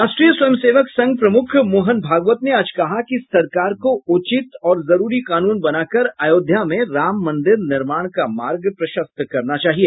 राष्ट्रीय स्वयंसेवक संघ प्रमुख मोहन भागवत ने आज कहा कि सरकार को उचित और जरूरी कानून बनाकर अयोध्या में राम मंदिर निर्माण का मार्ग प्रशस्त करना चाहिए